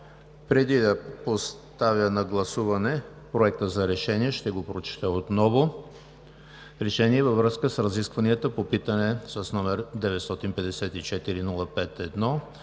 Преди да поставя на гласуване Проекта за решение, ще го прочета отново. „Проект! РЕШЕНИЕ във връзка с разискванията по питане с № 954-05-1